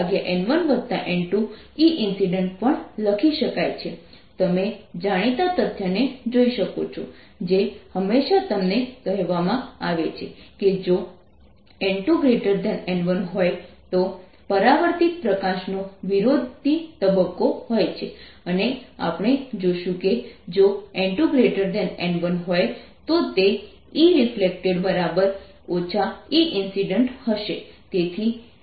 Ereflected v2 v1v2v1Eincidentn1 n2n1n2 Eincident તમે જાણીતા તથ્યને જોઈ શકો છો જે હંમેશાં તમને કહેવામાં આવે છે કે જો n2n1 હોય તો પરાવર્તિત પ્રકાશ નો વિરોધી તબક્કો હોય છે અને આપણે જોશું કે જો n2n1 હોય તો તે Ereflected Eincident હશે